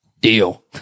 Deal